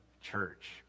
church